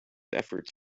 efforts